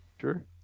Sure